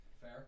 fair